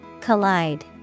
Collide